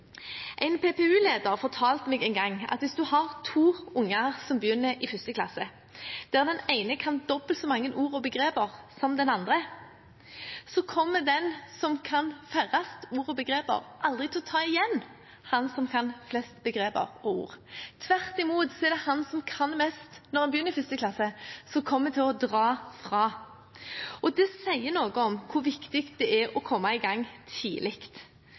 En PPU-leder fortalte meg en gang at hvis man har to unger som begynner i 1. klasse og den ene kan dobbelt så mange ord og begreper som den andre, så kommer han som kan færrest ord og begreper, aldri til å ta igjen han som kan flest begreper og ord. Tvert imot er det han som kan mest når han begynner i 1. klasse, som kommer til å dra fra. Det sier noe om hvor viktig det er å komme i gang tidlig.